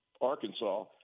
Arkansas